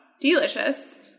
Delicious